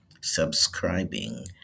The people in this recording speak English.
subscribing